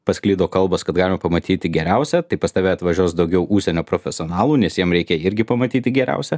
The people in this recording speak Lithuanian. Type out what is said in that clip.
pasklido kalbos kad galima pamatyti geriausią tai pas tave atvažiuos daugiau užsienio profesionalų nes jiem reikia irgi pamatyti geriausią